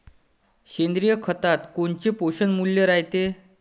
सेंद्रिय खतात कोनचे पोषनमूल्य रायते?